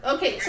Okay